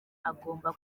agomba